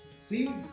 see